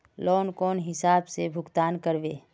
Loan कौन हिसाब से भुगतान करबे?